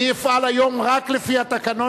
אני אפעל היום רק לפי התקנון,